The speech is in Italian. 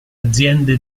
aziende